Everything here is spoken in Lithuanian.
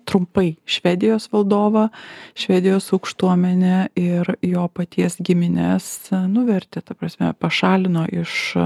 trumpai švedijos valdovą švedijos aukštuomenė ir jo paties gimines nuvertė ta prasme pašalino iš